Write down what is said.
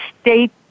state